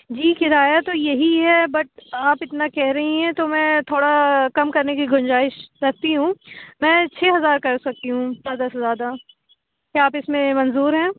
جی کرایہ تو یہی ہے بٹ آپ اتنا کہہ رہی ہیں تو میں تھوڑا کم کرنے کی گُنجائیش رکھتی ہوں میں چھ ہزار کر سکتی ہوں زیادہ سے زیادہ کیا آپ اِس میں منظور ہے